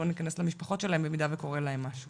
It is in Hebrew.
בוא ניכנס למשפחות שלהם במידה וקורה להם משהו